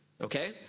Okay